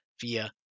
via